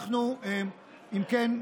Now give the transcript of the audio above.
אם כן,